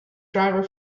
driver